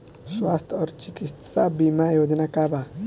स्वस्थ और चिकित्सा बीमा योजना का बा?